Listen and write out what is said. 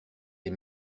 les